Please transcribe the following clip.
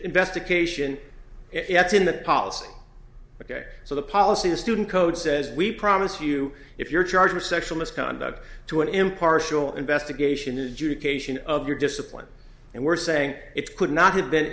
investigation if that's in the policy ok so the policy the student code says we promise you if you're charged with sexual misconduct to an impartial investigation adjudication of your discipline and we're saying it could not have been